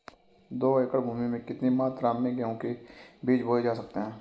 दो एकड़ भूमि में कितनी मात्रा में गेहूँ के बीज बोये जा सकते हैं?